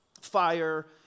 fire